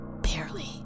barely